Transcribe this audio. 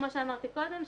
כמו שאמרתי קודם,